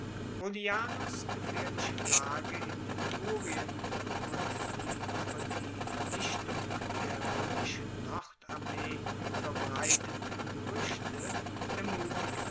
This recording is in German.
rullianus gefaehrliche lage in etrurien und die ueber die vernichtung der roemischen nordarmee verbreiteten geruechte